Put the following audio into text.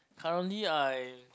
currently I